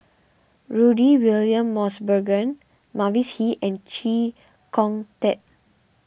Rudy William Mosbergen Mavis Hee and Chee Kong Tet